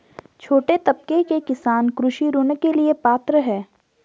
छोटे तबके के किसान कृषि ऋण के लिए पात्र हैं?